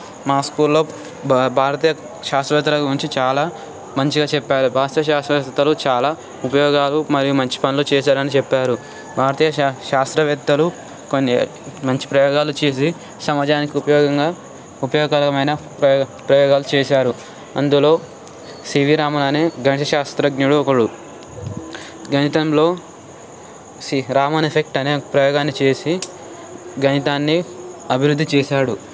మా స్కూల్లో భారత భారతీయ శాస్త్రవేత్తల గురించి చాలా మంచిగా చెప్పారు భారతీయ శాస్త్రవేత్తలు చాలా ఉపయోగాలు మరియు మంచి పనులు చేశారని చెప్పారు భారతీయ శాస్త్రవేత్తలు కొన్ని మంచి ప్రయోగాలు చేసి సమాజానికి ఉపయోగకంగా ఉపయోగకరమైన ప్రయో ప్రయోగాలు చేశారు అందులో సివి రామన్ అనే గణిత శాస్త్రజ్ఞులు ఒకడు గణితంలో సి రామన్ ఎఫెక్ట్ అనే ప్రయోగాన్ని చేసి గణితాన్ని అభివృద్ధి చేశాడు